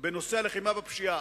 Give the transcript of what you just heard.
בנושא הלחימה בפשיעה.